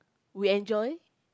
we enjoy